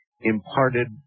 imparted